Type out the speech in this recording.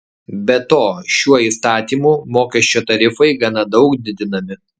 be to šiuo įstatymu mokesčio tarifai gana daug didinami